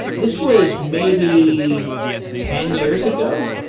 this was maybe ten years ago.